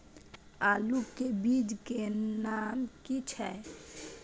आलू के बीज के नाम की छै?